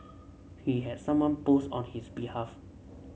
he had someone post on his behalf